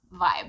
vibe